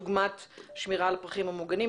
דוגמת שמירה על הפרחים המוגנים.